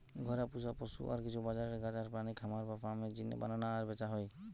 ঘরে পুশা পশু আর কিছু বাজারের গাছ আর প্রাণী খামার বা ফার্ম এর জিনে বানানা আর ব্যাচা হয়